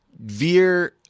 veer